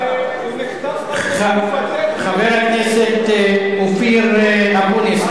הוא נחטף בתקופתךְ חבר הכנסת אופיר אקוניס,